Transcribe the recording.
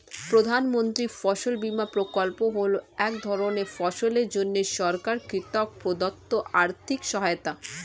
প্রধানমন্ত্রীর ফসল বিমা প্রকল্প হল এক ধরনের ফসলের জন্য সরকার কর্তৃক প্রদত্ত আর্থিক সহায়তা